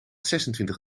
zesentwintig